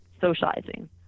socializing